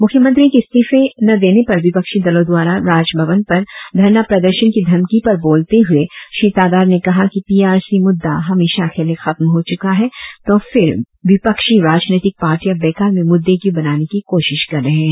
मुख्यमंत्री के इस्तीफा न देने पर विपक्षी दलों द्वारा राजभवन पर धरना प्रदर्शन की धमकी पर बोलते हुए श्री तादार ने कहा कि पी आर सी मुद्दा हमेशा के लिए खत्म हो चुका है तो फिर विपक्षी राजनीतिक पार्टिया बेकार में मुद्दे क्यों बनाने की कोशिश कर रहे है